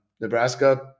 Nebraska